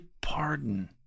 pardon